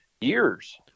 years